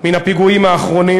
מן הפיגועים האחרונים.